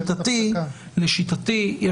לשיטתי,